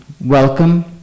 Welcome